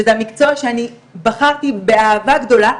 שזה המקצוע שאני בחרתי באהבה גדולה,